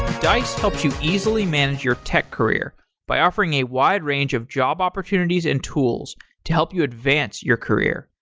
dice helps you easily manage your tech career by offering a wide range of job opportunities and tools to help you advance your career.